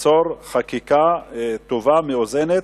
ליצור חקיקה טובה, מאוזנת,